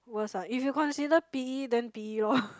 worst ah if you consider p_e then p_e lor